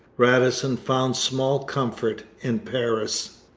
radisson found small comfort in paris.